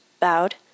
bowed